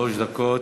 שלוש דקות.